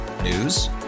News